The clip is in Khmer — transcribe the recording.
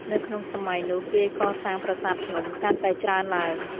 នៅក្នុងសម័យនោះគេកសាងប្រាសាទភ្នំ កាន់តែច្រើនឡើង ។